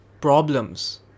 problems